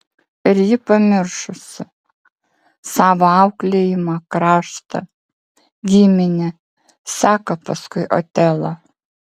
ir ji pamiršusi savo auklėjimą kraštą giminę seka paskui otelą